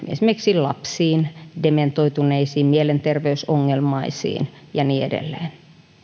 esimerkiksi lapsiin dementoituneisiin mielenterveysongelmaisiin ja niin edelleen